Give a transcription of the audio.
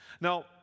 Now